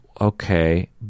okay